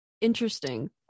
interesting